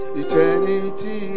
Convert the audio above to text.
eternity